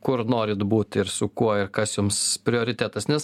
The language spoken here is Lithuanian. kur norit būt ir su kuo ir kas jums prioritetas nes